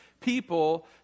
people